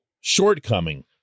shortcoming